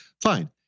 fine